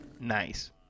Nice